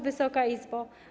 Wysoka Izbo!